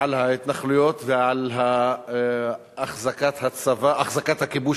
על ההתנחלויות ועל החזקת הכיבוש,